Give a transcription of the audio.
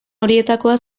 horietakoa